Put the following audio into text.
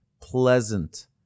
pleasant